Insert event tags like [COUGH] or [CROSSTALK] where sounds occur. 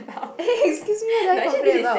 [LAUGHS] excuse me what do I complain about